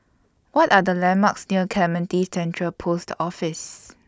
What Are The landmarks near Clementi Central Post Office